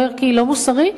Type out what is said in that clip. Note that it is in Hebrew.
לא ערכי ולא מוסרי,